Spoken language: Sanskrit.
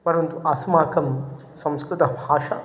परन्तु अस्माकं संस्कृतभाषा